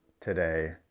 today